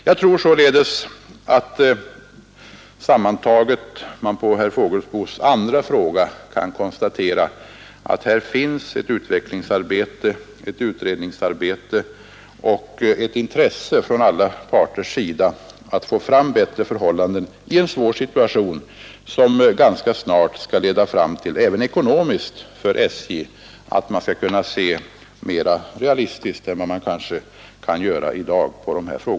Jag tror således att man som svar på herr Fågelsbos andra fråga sammantaget kan konstatera att här finns ett utredningsarbete och ett intresse från alla parters sida att få fram bättre förhållanden i svår situation, ett arbete som ganska snart kan leda fram till att man för SJ:s del även ekonomiskt kan se mera realistiskt på problemen än man kan göra i dag.